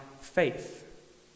faith